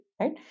right